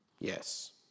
Yes